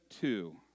two